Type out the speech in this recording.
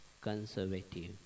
conservative